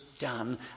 done